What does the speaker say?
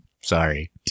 sorry